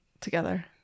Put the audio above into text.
together